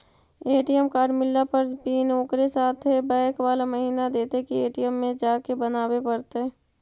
ATM card मिलला पर pin ओकरे साथे बैक बाला महिना देतै कि ए.टी.एम में जाके बना बे पड़तै?